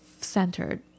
centered